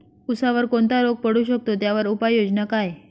ऊसावर कोणता रोग पडू शकतो, त्यावर उपाययोजना काय?